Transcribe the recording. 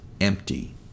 empty